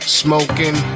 smoking